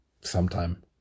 sometime